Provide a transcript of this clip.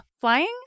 Flying